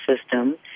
system